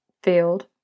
Field